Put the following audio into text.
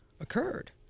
occurred